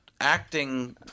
acting